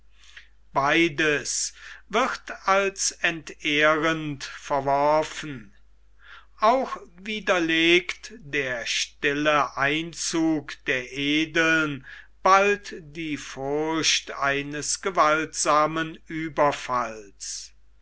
beides wird als entehrend verworfen auch widerlegt der stille einzug der edeln bald die furcht eines gewaltsamen ueberfalls